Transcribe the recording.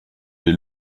wir